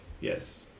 Yes